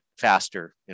faster